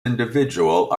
individual